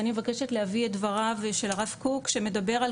ואני מבקשת להביא את דבריו של הרב קוק שמדבר על